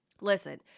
Listen